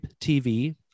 TV